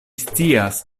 scias